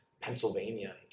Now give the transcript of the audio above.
Pennsylvania